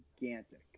gigantic